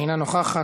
אינה נוכחת,